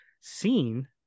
seen